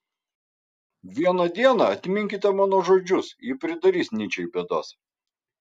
vieną dieną atminkite mano žodžius ji pridarys nyčei bėdos